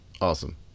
Awesome